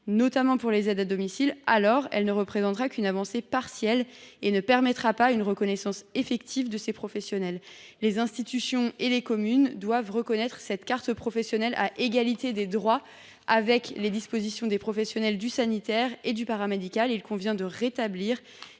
notamment pour les aides à domicile, elle ne représentera qu’une avancée partielle et ne permettra pas une reconnaissance effective. Les institutions nationales et les communes doivent reconnaître cette carte professionnelle à égalité de droits avec les cartes dont disposent les professionnels du sanitaire et du paramédical. C’est une simple